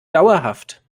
dauerhaft